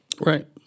right